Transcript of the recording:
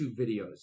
videos